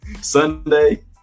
Sunday